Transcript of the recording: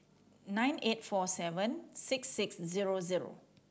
nine eight four seven six six zero zero